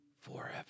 forever